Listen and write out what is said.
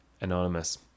anonymous